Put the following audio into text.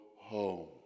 home